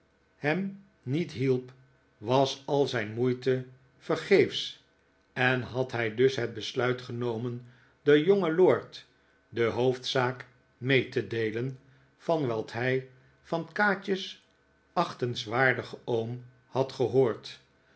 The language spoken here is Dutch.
hem niet hielp was al zijn moeite vergeefsch en had hij dus het besluit genomen den jongen lord de hoof dzaak mee te deelen van wat hij van kaatje's achtenswaardigen oom had gehoord